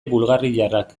bulgariarrak